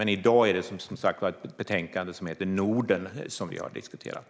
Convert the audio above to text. Men i dag är det som sagt ett betänkande som heter Norden som vi debatterar.